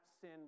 sin